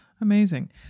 Amazing